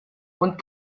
und